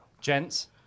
Gents